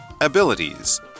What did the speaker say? Abilities